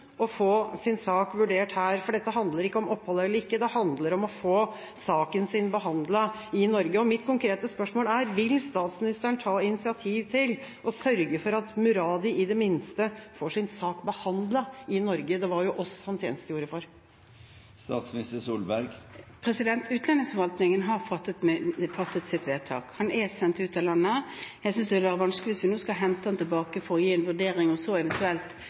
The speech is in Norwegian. å få sin sak vurdert her. Dette handler ikke om opphold eller ikke, det handler om å få saken sin behandlet i Norge. Mitt konkrete spørsmål er: Vil statsministeren ta initiativ til å sørge for at Muradi i det minste får sin sak behandlet i Norge? Det var jo oss han tjenestegjorde for. Utlendingsforvaltningen har fattet sitt vedtak. Han er sendt ut av landet. Jeg synes det vil være vanskelig hvis vi nå skal hente ham tilbake for å gi en vurdering og så eventuelt